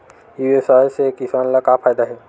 ई व्यवसाय से किसान ला का फ़ायदा हे?